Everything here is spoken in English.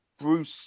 Bruce